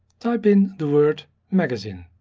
type in the word magazine.